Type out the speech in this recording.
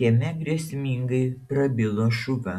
kieme grėsmingai prabilo šuva